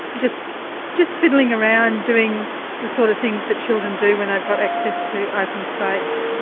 just just fiddling around doing the sort of things that children do when they've got access to open space.